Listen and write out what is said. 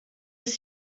ist